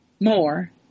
more